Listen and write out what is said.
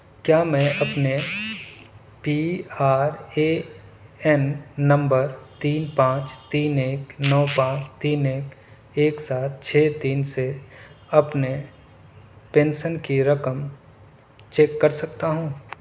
کیا میں اپنے P R A N number تین پانچ تین ایک نو پانچ تین ایک ایک سات چھ تین سے اپنے پینشن کی رقم چیک کر سکتا ہوں